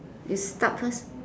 you start first